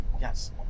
Yes